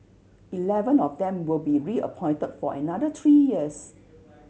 eleven of them will be reappointed for another three years